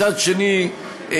מצד שני,